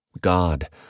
God